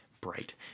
bright